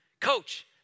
Coach